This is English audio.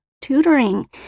tutoring